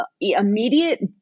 immediate